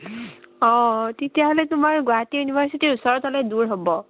অঁ তেতিয়াহ'লে তোমাৰ গুৱাহাটী ইউনিভাৰ্চিটিৰ ওচৰত হ'লে দূৰ হ'ব